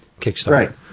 Kickstarter